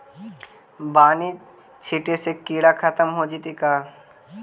बानि छिटे से किड़ा खत्म हो जितै का?